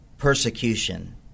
Persecution